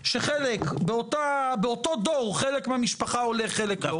באותו דור חלק הולך חלק לא.